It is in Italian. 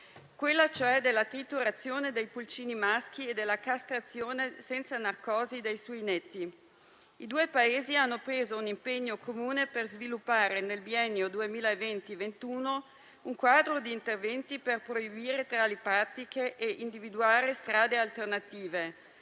riferisco alla triturazione dei pulcini maschi e alla castrazione senza narcosi dei suinetti. I due Paesi hanno preso un impegno comune per sviluppare nel biennio 2020-2021 un quadro di interventi per proibire tali pratiche e individuare strade alternative,